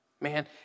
Man